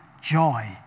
joy